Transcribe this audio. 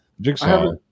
Jigsaw